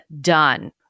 done